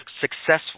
successful